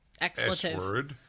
expletive